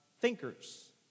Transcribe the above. thinkers